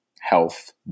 health